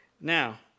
Now